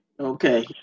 okay